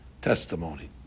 testimony